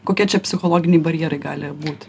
kokie čia psichologiniai barjerai gali būti